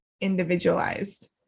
individualized